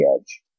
edge